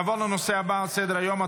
נעבור לנושא הבא על סדר-היום,